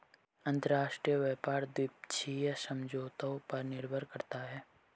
अंतरराष्ट्रीय व्यापार द्विपक्षीय समझौतों पर निर्भर करता है